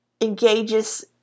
engages